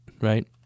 right